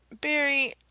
barry